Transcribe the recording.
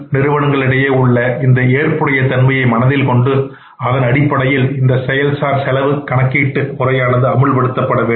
நிறுவனங்கள் உடைய இந்த ஏற்புடைய தன்மையை மனதில் கொண்டு அதன் அடிப்படையில்தான் இந்த செயல் சார் செலவு எனக் கணக்கிட்டு முறையானது அமுல்படுத்தப்பட வேண்டும்